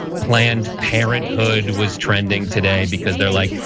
planned parenthood was trending today because they're like,